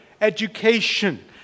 education